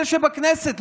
אלה שבכנסת,